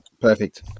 perfect